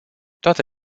toate